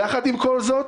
יחד עם זאת,